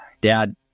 Dad